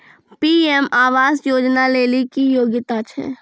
PM आवास योजना लेली की योग्यता छै?